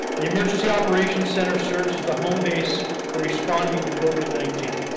the emergency operations center serves as the home base for responding to covid nineteen.